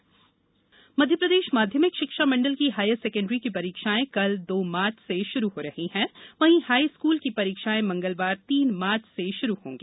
board परीक्षा मध्यप्रदेश माध्यमिक शिक्षा मण्डल की हायर सेकेण्डरी की परीक्षायें कल दो मार्च से शुरू हो रही है वहीं हाईस्कूल की परीक्षायें मंगलवार तीन मार्च से शुरू होंगी